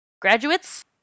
graduates